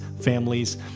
families